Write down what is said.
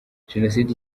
jenoside